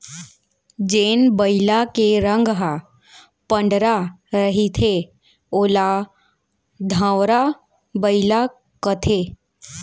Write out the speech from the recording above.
जेन बइला के रंग ह पंडरा रहिथे ओला धंवरा बइला कथें